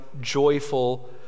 joyful